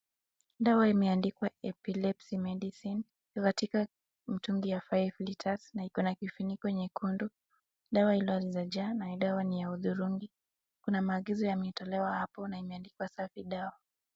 Dawa imeandikwa epilepsy medicine katika mtungi ya five liters na iko na kifuniko nyekundu. Dawa ilizojaa na dawa ni ya udhurungi. Kuna maagizo yametolewa hapo na imeandikwa safi dawa.